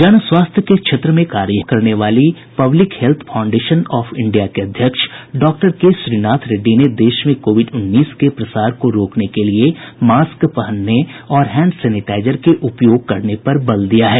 जन स्वास्थ्य के क्षेत्र में कार्य करने वाली Public Health Foundation of India के अध्यक्ष डॉक्टर के श्रीनाथ रेड्डी ने देश में कोविड उन्नीस के प्रसार को रोकने के लिए मास्क पहनने और हैंड सेनेटाइजर के उपयोग करने पर बल दिया है